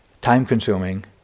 time-consuming